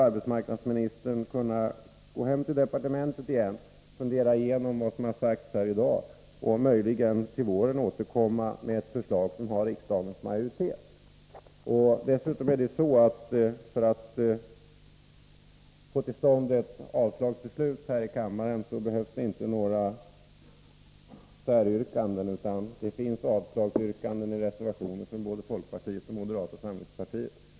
Arbetsmarknadsministern skulle kunna gå tillbaka till departementet, fundera igenom vad som har sagts här i dag och möjligen till våren återkomma med ett förslag som kan vinna riksdagens majoritet. För att förslaget skall avslås här i kammaren behövs inte några säryrkanden. Det finns nämligen avslagsyrkanden i reservationer från folkpartiet och moderata samlingspartiet.